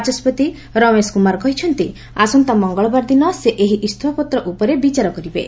ବାଚସ୍କତି ରାମେଶ କୁମାର କହିଛନ୍ତି ଆସନ୍ତା ମଙ୍ଗଳବାରଦିନ ସେ ଏହି ଇସ୍ତଫାପତ୍ର ଉପରେ ବିଚାର କରିବେ